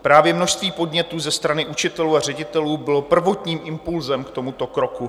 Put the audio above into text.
Právě množství podnětů ze strany učitelů a ředitelů bylo prvotním impulzem k tomuto kroku.